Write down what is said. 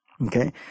okay